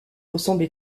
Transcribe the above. ressemble